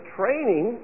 training